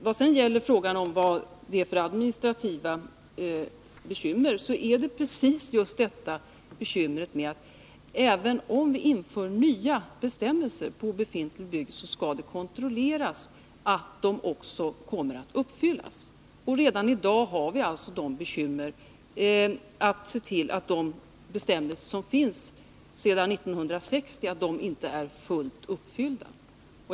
Vad sedan gäller frågan om de administrativa bekymren vill jag säga att problemet är att det inte räcker med att införa nya bestämmelser som skall gälla för befintliga hus — det måste också kontrolleras att dessa bestämmelser följs. Redan i dag har vi bekymmer med de bestämmelser som funnits sedan 1960, eftersom de inte fvllt har slagit igenom i tillämpningen.